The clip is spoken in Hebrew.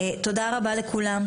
תודה רבה לכולם.